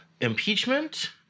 impeachment